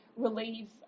relieve